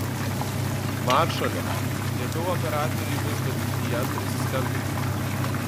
maršale liepiau operatoriui vis bandyti jam prisiskambinti